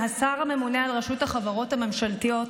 השר הממונה על רשות החברות הממשלתיות,